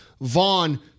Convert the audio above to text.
Vaughn